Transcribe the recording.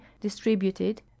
distributed